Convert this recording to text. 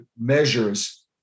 measures